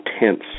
intense